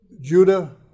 Judah